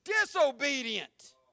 Disobedient